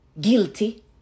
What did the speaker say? guilty